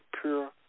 pure